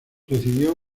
recibió